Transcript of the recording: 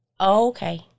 Okay